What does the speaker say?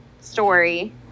story